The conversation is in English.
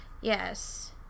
Yes